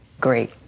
great